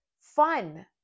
fun